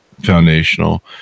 foundational